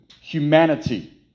humanity